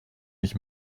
nicht